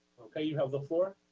okay. you have the floor.